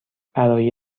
برای